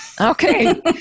Okay